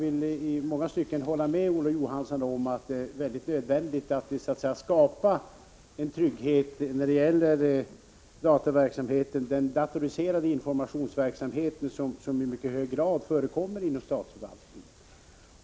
I många stycken kan jag hålla med Olof Johansson om att det är nödvändigt att skapa en trygghet när det gäller den datoriserade informationsverksamhet som ju i mycket hög grad förekommer inom statsförvaltningen.